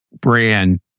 brand